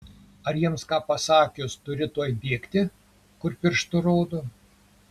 ar jiems ką pasakius turi tuoj bėgti kur pirštu rodo